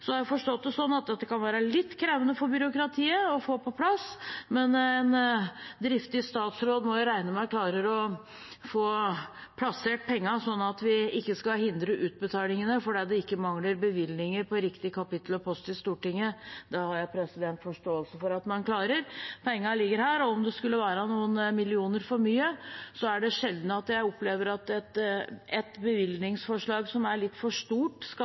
Så har jeg forstått det sånn at dette kan være litt krevende for byråkratiet å få på plass, men vi må regne med at en driftig statsråd klarer å få plassert pengene, sånn at vi ikke skal hindre utbetalingene fordi det mangler bevilgninger på riktig kapittel og post i Stortinget. Det har jeg forståelse for at man klarer. Pengene ligger her, og om det skulle være noen millioner for mye, er det sjelden jeg opplever at et bevilgningsforslag som er litt for stort,